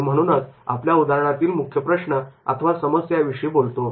आणि म्हणूनच आपण उदाहरणातील मुख्य प्रश्न अथवा समस्या याविषयी बोलतो